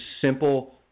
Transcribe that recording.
simple